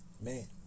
Man